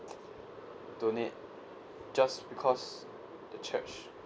donate just because the church